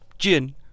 Jin